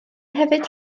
hefyd